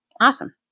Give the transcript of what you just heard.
awesome